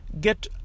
get